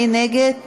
מי נגד?